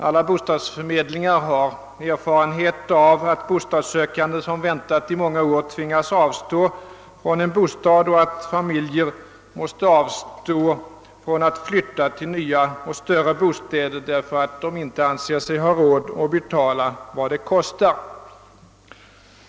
Alla bostadsförmedlingar har erfarenhet av att bostadssökande som väntat i många år tvingats avstå från en erbjuden bostad och att familjer måste avstå från att flytta till nya och större bostäder därför att de inte anser sig ha råd att betala vad det kostar.